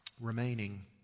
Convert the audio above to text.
remaining